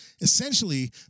Essentially